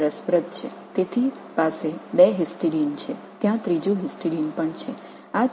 மிகவும் சுவாரஸ்யமாக இது இரண்டு ஹிஸ்டிடின் நிச்சயமாக உள்ளது மூன்றாவது ஹிஸ்டைடினும் உள்ளது